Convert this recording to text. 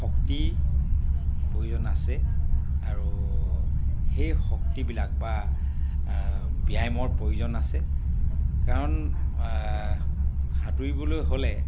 শক্তিৰ প্ৰয়োজন আছে আৰু সেই শক্তিবিলাক বা ব্যায়ামৰ প্ৰয়োজন আছে কাৰণ সাঁতুৰিবলৈ হ'লে